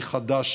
אני חדש